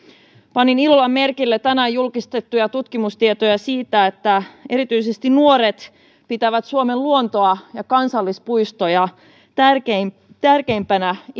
panin ilolla merkille tänään julkistettuja tutkimustietoja siitä että erityisesti nuoret pitävät suomen luontoa ja kansallispuistoja tärkeimpänä